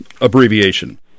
abbreviation